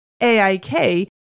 AIK